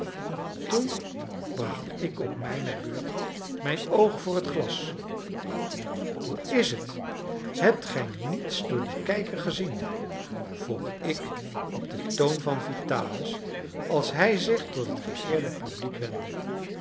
toen bracht ik op mijne beurt mijn oog voor het glas hoe is t hebt gij niets door dien kijker gezien vroeg ik op den toon van vitalis als hij zich tot het geëerde publiek wendde